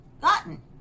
gotten